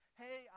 hey